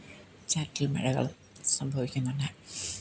ചാറ്റൽ മഴകളും സംഭവിക്കുന്നുണ്ട്